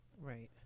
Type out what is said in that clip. Right